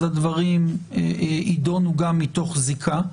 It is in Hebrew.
אז הדברים יידונו גם מתוך זיקה.